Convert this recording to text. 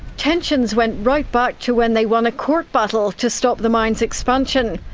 tensions went right back to when they won a court battle to stop the mine's expansion.